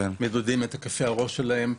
מודדים את היקפי הראש שלהם.